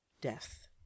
death